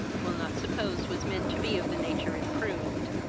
will not suppose was meant to be of the nature it proved.